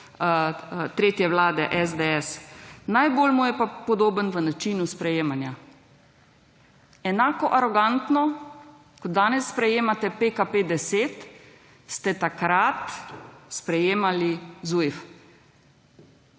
tretje vlade SDS. Najbolj mu je pa podoben v načinu sprejemanja. Enako arogantno kot danes sprejemate PKP10 ste takrat sprejemali ZUJF.